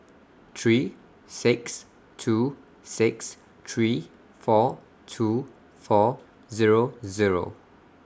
three six two six three four two four Zero Zero